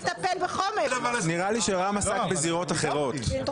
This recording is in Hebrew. ממשיכים, חבר הכנסת רוטמן, הטעית אותי.